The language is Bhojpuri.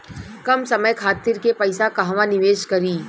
कम समय खातिर के पैसा कहवा निवेश करि?